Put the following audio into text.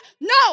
no